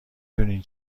دونین